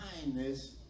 kindness